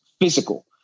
physical